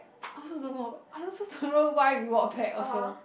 I also don't know I also don't know why we walk back also